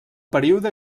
període